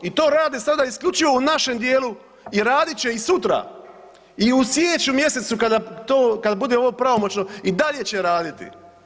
I to rade sada isključivo u našem dijelu i radit će i sutra i u siječnju mjesecu kada to, kada bude ovo pravomoćno i dalje će raditi.